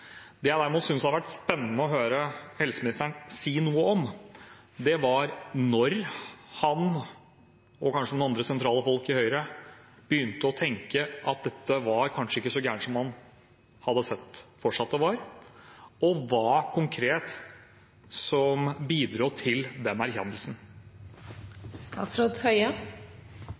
Det jeg derimot synes det hadde vært spennende å høre helseministeren si noe om, er når han – og kanskje noen andre sentrale folk i Høyre – begynte å tenke at dette kanskje ikke var så gærent som man hadde sett for seg at det var, og hva konkret som bidro til den